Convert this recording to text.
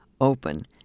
open